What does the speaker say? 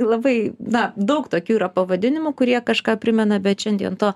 labai na daug tokių yra pavadinimų kurie kažką primena bet šiandien to